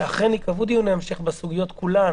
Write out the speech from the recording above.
שאכן ייקבעו דיוני המשך בסוגיות כולן,